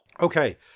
Okay